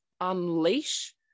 unleash